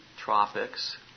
tropics